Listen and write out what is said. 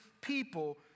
people